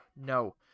No